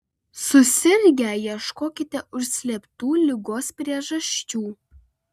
susirgę ieškokite užslėptų ligos priežasčių